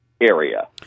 area